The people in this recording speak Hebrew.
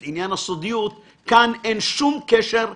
בהם עניין של סודיות, כאן אין שום קשר לסודיות.